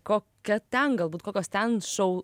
kokia ten galbūt kokios ten šou